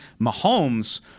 Mahomes